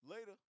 Later